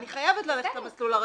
אני חייבת ללכת למסלול הרגיל.